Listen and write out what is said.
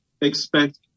expect